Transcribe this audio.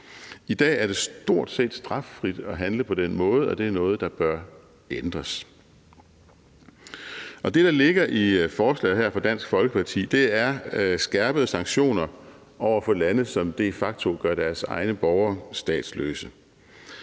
I dag er det stort set straffrit at handle på den måde, og det er noget, der bør ændres. Det, der ligger i forslaget her fra Dansk Folkeparti, er skærpede sanktioner over for lande, som de facto gør deres egne borgere statsløse,